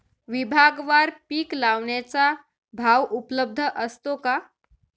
विभागवार पीक विकण्याचा भाव उपलब्ध असतो का?